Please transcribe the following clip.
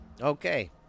Okay